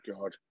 God